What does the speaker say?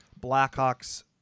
Blackhawks